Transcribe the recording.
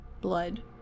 blood